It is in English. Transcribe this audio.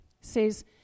says